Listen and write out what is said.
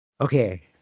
Okay